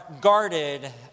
guarded